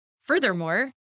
Furthermore